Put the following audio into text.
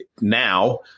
now